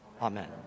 Amen